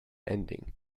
ending